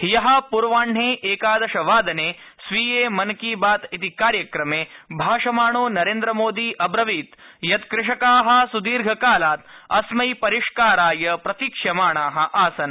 ह्यः पूर्वाहे एकादश वादने स्वीये मन की बात इति कार्यक्रमे भाषमाणो नरेन्द्र मोदी अव्रवीत् यत् कृषका सुदीर्घकालात् अस्मै परिष्काराय प्रतीक्ष्यमाणा आसन्